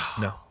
No